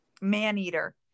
man-eater